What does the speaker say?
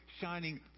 shining